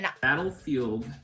battlefield